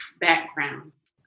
backgrounds